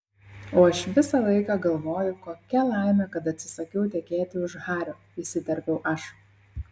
o aš visą laiką galvoju kokia laimė kad atsisakiau tekėti už hario įsiterpiau aš